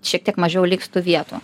šiek tiek mažiau liks tų vietų